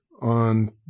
on